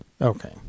Okay